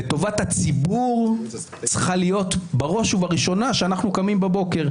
וטובת הציבור צריכה להיות בראש ובראשונה כשאנחנו קמים בבוקר.